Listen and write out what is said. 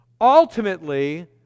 Ultimately